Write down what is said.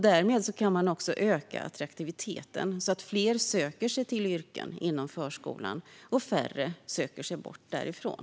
Därmed kan man också öka attraktiviteten så att fler söker sig till yrken inom förskolan och färre söker sig bort därifrån.